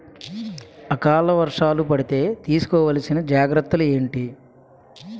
ఆకలి వర్షాలు పడితే తీస్కో వలసిన జాగ్రత్తలు ఏంటి?